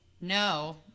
no